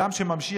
אדם שממשיך,